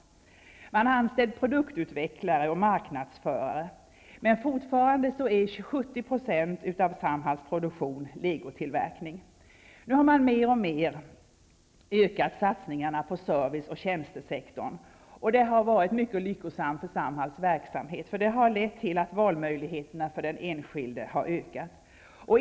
Man har anställt produktutvecklare och marknadsförare, men fortfarande är 70 % av Samhalls produktion legotillverkning. Man har nu mer och mer ökat satsningarna på service och tjänstesektorn, och det har varit mycket lyckosamt för verksamheten, då det har lett till att valmöjligheterna för den enskilde har ökat.